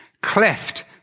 cleft